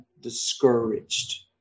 discouraged